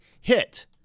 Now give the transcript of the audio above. hit